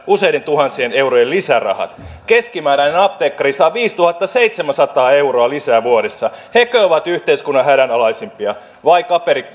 useiden tuhansien eurojen lisärahat keskimääräinen apteekkari saa viisituhattaseitsemänsataa euroa lisää vuodessa hekö ovat yhteiskunnan hädänalaisimpia vai